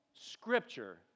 scripture